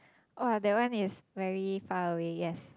!woah! that one is very far away yes